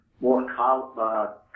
more